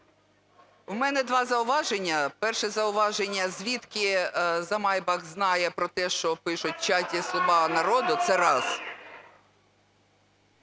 У мене два зауваження. Перше зауваження. Звідки "за майбах" знає про те, що пише в чаті "Слуга народу"? Це раз.